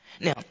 Now